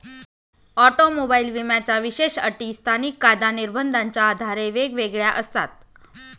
automobile विम्याच्या विशेष अटी स्थानिक कायदा निर्बंधाच्या आधारे वेगवेगळ्या असतात